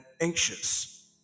anxious